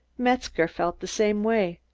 metzger felt the same way.